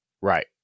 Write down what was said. Right